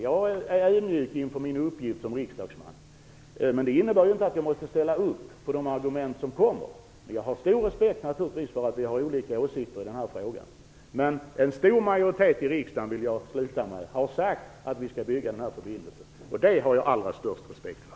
Jag är ödmjuk inför min uppgift som riksdagsman. Men det innebär ju inte att jag måste ställa mig bakom de argument som förs fram. Men jag har naturligtvis stor respekt för att vi har olika åsikter i den här frågan. En stor majoritet i riksdagen har sagt att vi skall bygga denna förbindelse, och det har jag den allra största respekt för.